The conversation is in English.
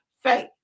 faith